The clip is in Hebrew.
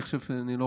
אני חושב שאני משתדל,